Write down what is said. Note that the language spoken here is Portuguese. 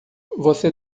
você